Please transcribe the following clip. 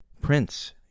Prince